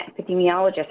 epidemiologist